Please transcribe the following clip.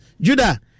Judah